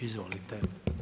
Izvolite.